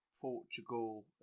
portugal